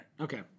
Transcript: okay